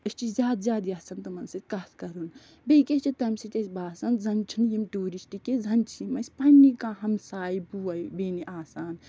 أسۍ چھِ زیادٕ زیادٕ یژھان تِمَن سۭتۍ کَتھ کَرُن بیٚیہِ کیٛاہ چھِ تَمہِ سۭتۍ اَسہِ باسان زَن چھِنہٕ یِم ٹیٛوٗرِسٹہٕ کیٚنٚہہ زَن چھِ یِم اَسہِ پَنٕنی کانٛہہ ہمسایہِ بوے بٮ۪نہِ آسان